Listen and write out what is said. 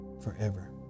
forever